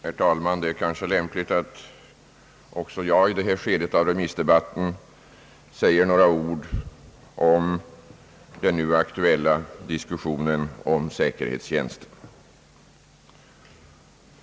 Herr talman! Det är kanske lämpligt att också jag i detta skede av remissdebatten säger några ord beträffande den nu aktuella diskussionen om säkerhetstjänsten.